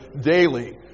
daily